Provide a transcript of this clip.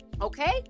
Okay